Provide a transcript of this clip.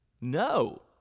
No